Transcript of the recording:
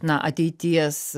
na ateities